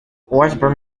osborn